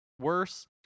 worse